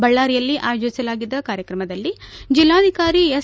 ಬಳ್ಳಾರಿಯಲ್ಲಿ ಆಯೋಜಿಸಲಾಗಿದ್ದ ಕಾರ್ಯಕ್ರಮದಲ್ಲಿ ಜಿಲ್ಲಾಧಿಕಾರಿ ಎಸ್